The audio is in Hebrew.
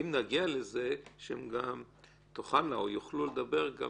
אם נגיע לזה שהן תוכלנה או יוכלו לדבר גם